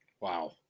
Wow